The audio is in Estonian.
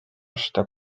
osta